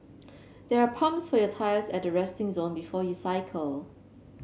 they are pumps for your tyres at the resting zone before you cycle